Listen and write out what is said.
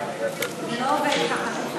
זה לא עובד ככה.